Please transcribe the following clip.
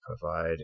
provide